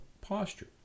posture